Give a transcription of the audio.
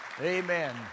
Amen